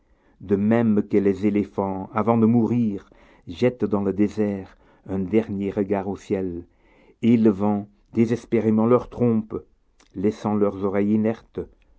de même que les éléphants avant de mourir jettent dans le désert un dernier regard au ciel élevant désespérément leur trompe laissant leurs oreilles inertes